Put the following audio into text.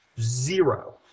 Zero